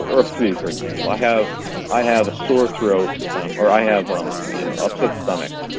or flu for example. i have i have a sore throat or i have um you know upset stomach